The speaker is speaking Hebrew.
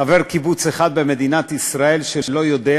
חבר קיבוץ אחד במדינת ישראל שלא יודע